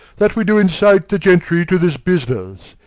that we do incite the gentry to this business.